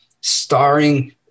starring